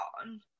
on